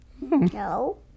No